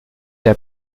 der